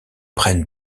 prennent